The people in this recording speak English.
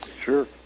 Sure